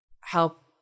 help